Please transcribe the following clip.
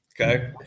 Okay